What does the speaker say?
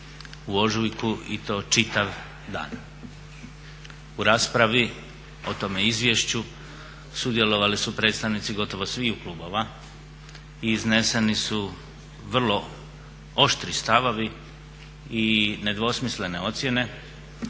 u ožujku i to čitav dan. U raspravi o tom Izvješću sudjelovali su predstavnici gotovo sviju klubova i izneseni su vrlo oštri stavovi i nedvosmislene ocjene